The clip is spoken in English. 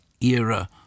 era